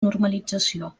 normalització